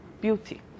beauty